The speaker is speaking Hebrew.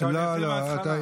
עכשיו אני אתחיל מהתחלה.